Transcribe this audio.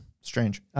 Strange